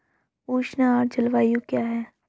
उष्ण आर्द्र जलवायु क्या है?